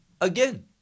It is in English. again